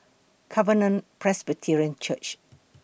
Covenant Presbyterian Church